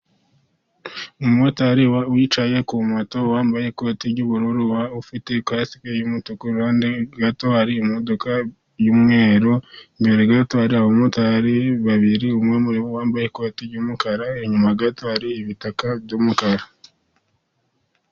Umumotari wicaye kuri moto, wambaye ikoti ry'ubururu, ufite kasikey'umutu, ku ruhande gato hari imodoka y'umweru, hari abamotari babiri, umwe muri bo wambaye ikoti ry'umukara, inyuma gato hari ibitaka by'umukara.